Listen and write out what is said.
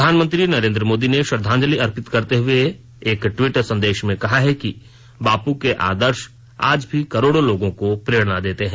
प्रधानमंत्री नरेन्द्र मोदी ने श्रद्धांजलि अर्पित करते हुए एक ट्वीट संदेश में कहा है कि बापू के आदर्श आज भी करोडों लोगों को प्रेरणा देते हैं